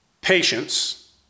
patience